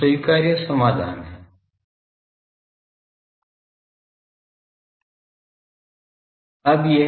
तो स्वीकार्य समाधान है